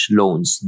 loans